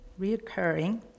reoccurring